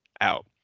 out